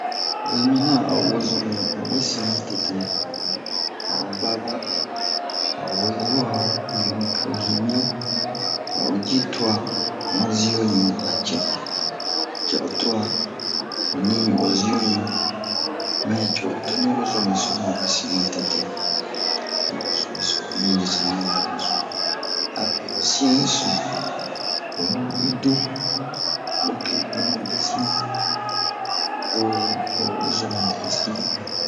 Oyi mina a'o wozome a wesin ma tete a'o baba a'o we yi huwa hiyobiyo hibiyo o ji tuwa ma ziyoɲu a cɛ cɛ o tuwa ani ɲu o ziyoɲu mɛ co toni wozome so ma wesin ma tete ni wozome so omi jisa ni wozome so na a biyo o siyan yi du o ɲubo yi du mube mube siyan to o wozome dɛyi sin han